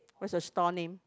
what's your store name